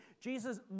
Jesus